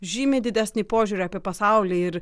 žymiai didesnį požiūrį apie pasaulį ir